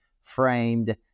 framed